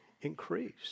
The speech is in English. increase